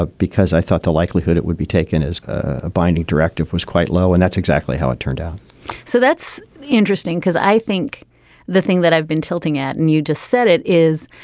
ah because i thought the likelihood it would be taken as a binding directive was quite low. and that's exactly how it turned out so that's interesting, because i think the thing that i've been tilting at and you just said it is